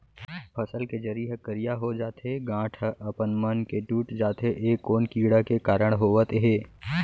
फसल के जरी ह करिया हो जाथे, गांठ ह अपनमन के टूट जाथे ए कोन कीड़ा के कारण होवत हे?